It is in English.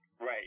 Right